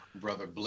Brother